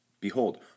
Behold